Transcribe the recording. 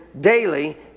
daily